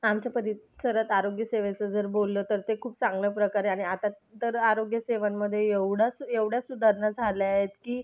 आमच्या परिसरात आरोग्यसेवेचं जर बोललं तर ते खूप चांगल्या प्रकारे आणि आता तर आरोग्यसेवांमध्ये एवढं एवढ्या सुधारणा झाल्या आहेत की